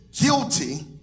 guilty